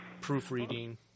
proofreading